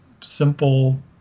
simple